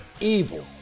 Evil